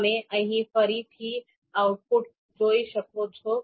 તમે અહીં ફરીથી આઉટપુટ જોઈ શકો છો